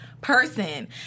person